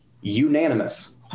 unanimous